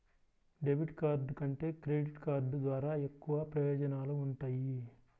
debit card కంటే credit card ద్వారా ఎక్కువ ప్రయోజనాలు వుంటయ్యి